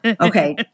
Okay